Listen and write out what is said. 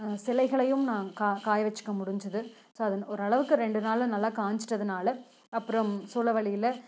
சிலைகளையும் நாங்கள் கா காய வச்சுக்க முடிஞ்சிது ஸோ ஒரு அளவுக்கு ரெண்டு நாளில் நல்லா காஞ்சிட்டதுனால் அப்புறம் சூழ வலியில்